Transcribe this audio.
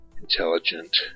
intelligent